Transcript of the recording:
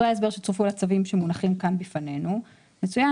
בדברי ההסבר שצורפו לצווים שמונחים כאן בפנינו מצוין